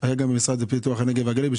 היה גם במשרד לפיתוח הנגב והגליל.